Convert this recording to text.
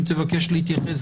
אם תבקש להתייחס,